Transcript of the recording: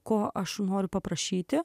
ko aš noriu paprašyti